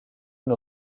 une